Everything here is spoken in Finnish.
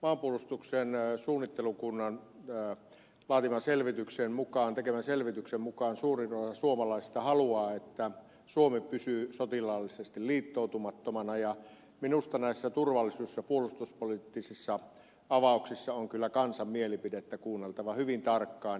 maanpuolustuksen suunnittelukunnan tekemän selvityksen mukaan suurin osa suomalaisista haluaa että suomi pysyy sotilaallisesti liittoutumattomana ja minusta näissä turvallisuus ja puolustuspoliittisissa avauksissa on kyllä kansan mielipidettä kuunneltava hyvin tarkkaan